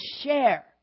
share